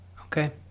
Okay